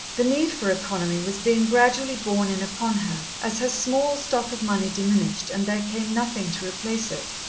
the need for economy was being gradually borne in upon her, as her small stock of money diminished and there came nothing to replace it.